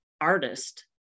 artist